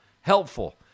helpful